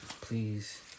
Please